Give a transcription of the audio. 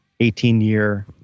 18-year